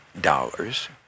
dollars